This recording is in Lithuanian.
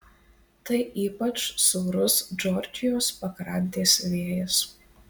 tai ypač sūrus džordžijos pakrantės vėjas